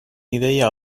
ideia